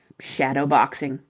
shadow-boxing,